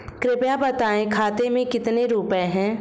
कृपया बताएं खाते में कितने रुपए हैं?